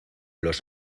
los